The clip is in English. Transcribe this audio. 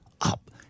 up